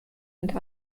mit